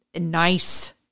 nice